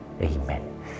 Amen